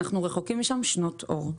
אנחנו רחוקים משם שנות אור.